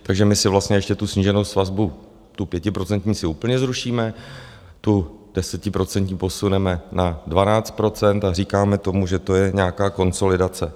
Takže my si vlastně ještě tu sníženou sazbu, tu pětiprocentní si úplně zrušíme, tu desetiprocentní posuneme na 12 % a říkáme tomu, že to je nějaká konsolidace.